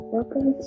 Welcome